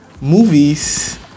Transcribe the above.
movies